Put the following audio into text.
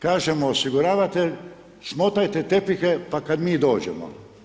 Kaže mu osiguravatelj smotajte tepihe pa kad mi dođemo.